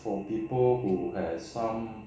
for people who has some